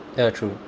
ya true